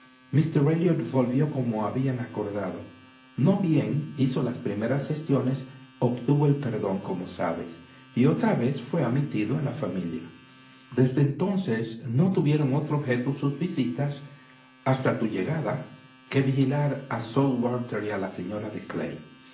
elliot volvió como habían acordado no bien hizo las primeras gestiones obtuvo el perdón como sabes y otra vez fué admitido en la familia desde entonces no tuvieron otro objeto sus visitas hasta tu llegadaque vigilar a su que había la señora de